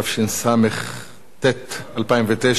התשס"ט 2009,